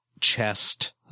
chest